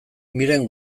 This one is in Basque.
miren